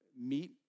meet